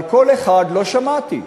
אבל קול אחד לא שמעתי,